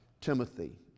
Timothy